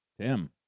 Tim